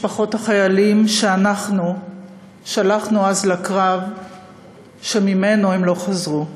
משפחות החיילים שאנחנו שלחנו אז לקרב שממנו הם לא חזרו.